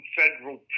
federal